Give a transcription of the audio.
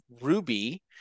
Ruby